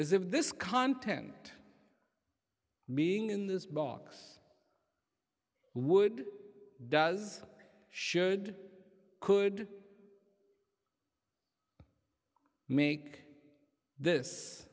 this if this content being in this box would does should could make this